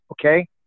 Okay